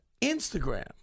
Instagram